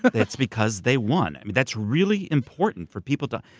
but it's because they won. i mean that's really important for people to.